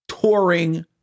touring